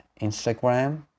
Instagram